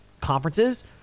conferences